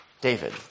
David